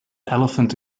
elephant